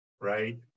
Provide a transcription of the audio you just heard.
right